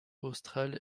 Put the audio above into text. australe